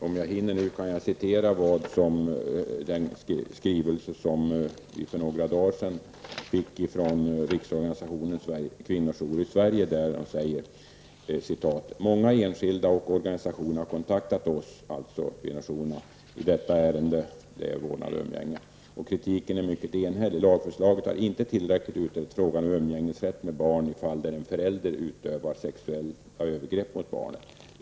Om jag nu hinner, skall jag citera den skrivelse som vi för några dagar sedan fick från Riksorganisationen för ''Många enskilda och organisationer har kontaktat oss i detta ärende och kritiken är mycket enhällig. Lagförslaget har inte tillräckligt utrett frågan om umgängesrätt med barn i fall där en förälder utövat sexuella övergrepp mot barnet.